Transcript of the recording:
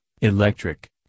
electric